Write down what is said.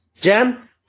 Jam